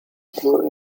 floor